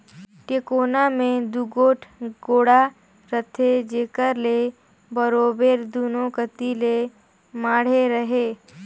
टेकोना मे दूगोट गोड़ा रहथे जेकर ले बरोबेर दूनो कती ले माढ़े रहें